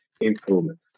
improvement